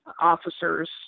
officers